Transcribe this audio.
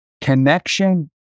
connection